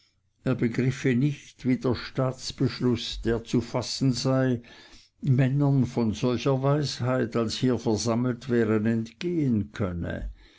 begriffe nicht wie der staatsbeschluß der zu fassen sei männern von solcher weisheit als hier versammelt wären entgehen könne